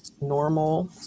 normal